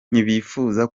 ntibifuza